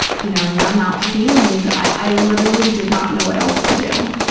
you know, numb out feelings, i literally did not know what else to do.